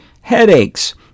headaches